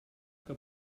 que